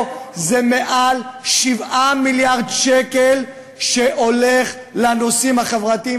זה מעל 7 מיליארד שקל שהולכים לנושאים החברתיים,